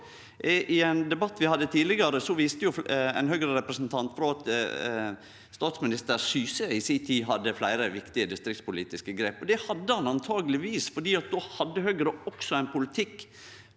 I ein debatt vi hadde tidlegare, viste ein Høgre-representant til at statsminister Syse i si tid hadde fleire viktige distriktspolitiske grep. Det hadde han sannsynlegvis, for då hadde Høgre også ein politikk